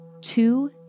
two